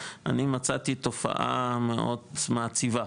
אני מצאתי תופעה מאוד מעציבה,